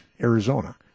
Arizona